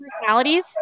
personalities